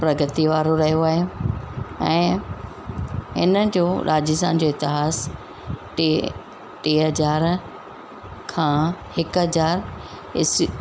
प्रगति वारो रहियो आहे ऐं इन जो राजस्थान जो इतिहास टे टे हज़ार खां हिकु हज़ार असी